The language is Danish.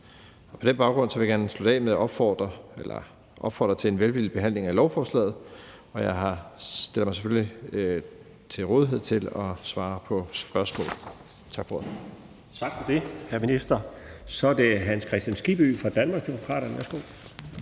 På den baggrund vil jeg gerne slutte af med at opfordre til en velvillig behandling af lovforslaget, og jeg stiller mig selvfølgelig til rådighed for at svare på spørgsmål. Tak for ordet. Kl.